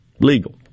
legal